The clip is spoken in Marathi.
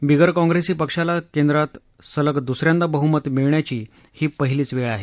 बिगर काँग्रेसी पक्षाला केंद्रात सलग दुसऱ्यांदा बहुमत मिळण्याची ही पहिलीच वेळ आहे